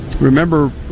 Remember